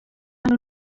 maen